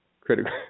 critical